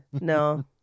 no